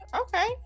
okay